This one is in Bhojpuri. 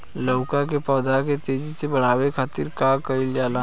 लउका के पौधा के तेजी से बढ़े खातीर का कइल जाला?